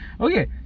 Okay